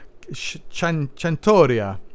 Chantoria